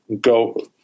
go